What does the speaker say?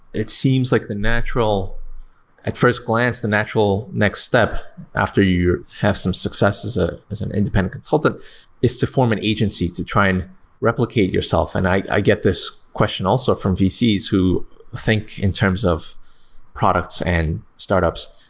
it seems like the natural at first glance, the natural next step after you have some success as ah as an independent consultant is to form an agency to try and replicate yourself, and i get this question also from vcs who think in terms of products and startups.